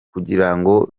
kugirango